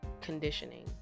conditioning